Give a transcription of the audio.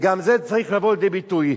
וגם זה צריך לבוא לידי ביטוי.